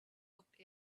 looked